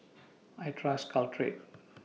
I Trust Caltrate